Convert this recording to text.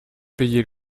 payez